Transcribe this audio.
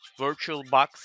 VirtualBox